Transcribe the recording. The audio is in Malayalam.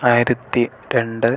ആയിരത്തി രണ്ട്